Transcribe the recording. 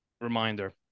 reminder